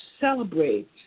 celebrate